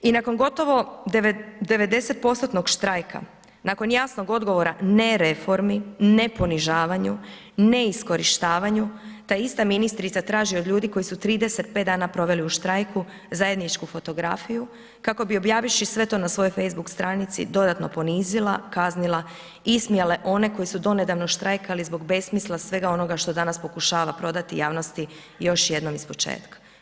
I nakon gotovo 90% štrajka, nakon jasnog odgovora ne reformi, ne ponižavanju, ne iskorištavanju, ta ista ministrica traži od ljudi koju su 35 dana proveli u štrajku zajedničku fotografiju kako bi objavivši sve to na svojoj facebook stranici dodatno ponizila, kaznila i ismijala one koji su donedavno štrajkali zbog besmisla svega onoga što pokušava prodati javnosti još jednom iz početka.